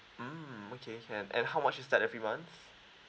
mm okay can and how much is that every month